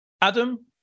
Adam